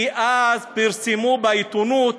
כי אז פרסמו בעיתונות,